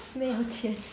没有钱